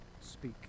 speak